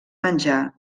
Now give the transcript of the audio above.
menjar